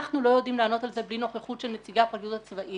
אנחנו לא יודעים לענות על זה בלי נוכחות של נציגי הפרקליטות הצבאית,